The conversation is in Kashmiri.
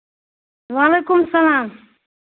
وعلیکُم السلام